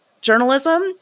journalism